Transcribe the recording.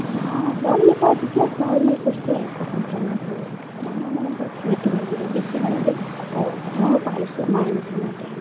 মায়ে হোৱা বুলি কয় যেতিয়া হোৱা বুলি কৈছে যে সম্পূৰ্ণ হ'ল তেতিয়া মোৰ মানে বৰ ফূৰ্তি লাগিলে দেখি মানে যে অঁ ময়ো পাৰিছোঁ মাৰ নিচিনাকৈ